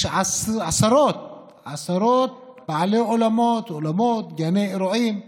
יש עשרות בעלי אולמות וגני אירועים שמושבתים,